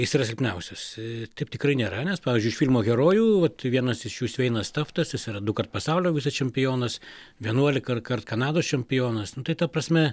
jis yra silpniausias taip tikrai nėra nes pavyzdžiui iš filmo herojų vat vienas iš jūsų sveinas taftas jis yra dukart pasaulio vicečempionas vienuolika ar kart kanados čempionas nu tai ta prasme